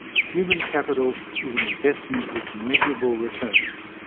human capital is an investment with measurable returns.